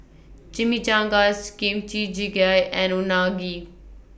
Chimichangas Kimchi Jjigae and Unagi